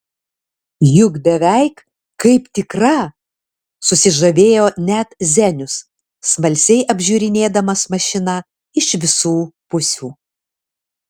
juk beveik kaip tikra susižavėjo net zenius smalsiai apžiūrinėdamas mašiną iš visų pusių